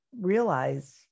realize